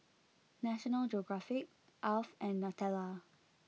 National Geographic Alf and Nutella